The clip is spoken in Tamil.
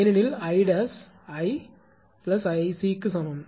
ஏனெனில் 𝐼' 𝐼 𝐼𝑐 சமம்